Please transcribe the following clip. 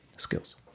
skills